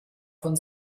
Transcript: von